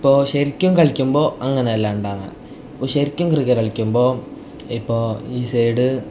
ഇപ്പോൾ ശരിക്കും കളിക്കുമ്പോൾ അങ്ങനെ അല്ല ഉണ്ടാകുന്നത് ഇപ്പം ശരിക്കും ക്രിക്കറ്റ് കളിക്കുമ്പോൾ ഇപ്പോൾ ഈ സൈഡ്